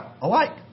alike